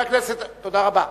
תודה רבה.